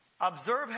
Observe